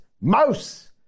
mouse